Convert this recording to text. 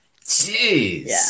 jeez